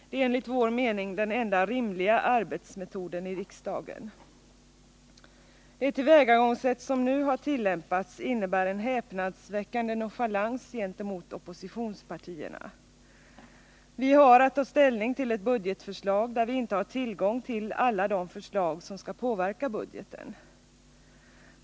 Det är enligt vår mening den enda rimliga arbetsmetoden i riksdagen. Det tillvägagångssätt som nu har tillämpats innebär en häpnadsväckande nonchalans gentemot oppositionspartierna. Vi har att ta ställning till ett budgetförslag, där vi inte har tillgång till alla de förslag som skall påverka budgeten.